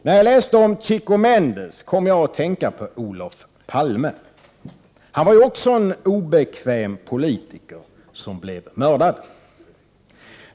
När jag läste om Chico Mendes kom jag att tänka på Olof Palme. Han var ju också en obekväm politiker som blev mördad.